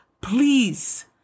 Please